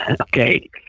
okay